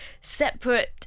separate